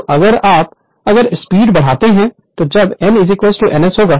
तो अगर आप अगर स्पीड बढ़ाते हैं तो जब n n S होगा